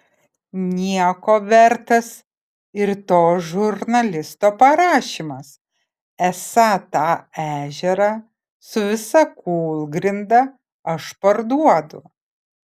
nieko vertas ir to žurnalisto parašymas esą tą ežerą su visa kūlgrinda aš parduodu